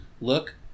look